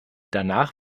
danach